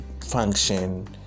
function